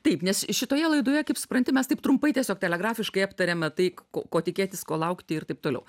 taip nes šitoje laidoje kaip supranti mes taip trumpai tiesiog telegrafiškai aptarėmė tai ko ko tikėtis ko laukti ir taip toliau